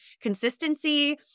consistency